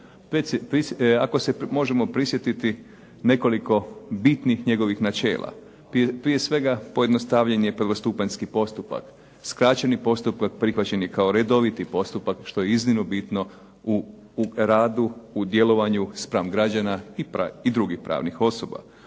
Ako se možemo prisjetiti nekoliko bitnih njegovih načela. Prije svega pojednostavljenje prvostupanjski postupak. Skraćeni postupak prihvaćen je kao redoviti postupak što je iznimno bitno u radu, u djelovanju spram građana i drugih pravnih osoba.